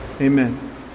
Amen